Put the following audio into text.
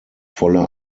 volle